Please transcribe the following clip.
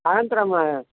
अनन्तरं